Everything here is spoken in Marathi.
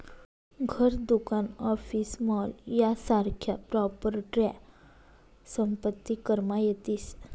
घर, दुकान, ऑफिस, मॉल यासारख्या प्रॉपर्ट्या संपत्ती करमा येतीस